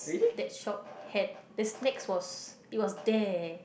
that shop had the snacks was it was there